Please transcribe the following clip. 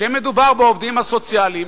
כשמדובר בעובדים הסוציאליים,